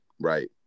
right